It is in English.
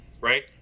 right